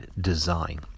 design